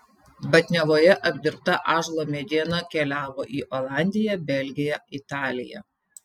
batniavoje apdirbta ąžuolo mediena keliavo į olandiją belgiją italiją